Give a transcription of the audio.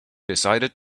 decided